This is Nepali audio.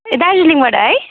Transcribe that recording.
ए दार्जिलिङबाट है